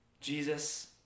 Jesus